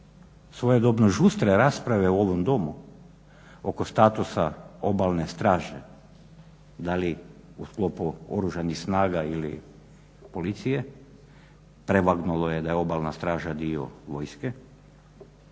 svojedobno žustre rasprave u ovom Domu oko statusa Obalne straže da li u sklopu Oružanih snaga ili policije, prevagnulo je da je Obalna straža dio vojske,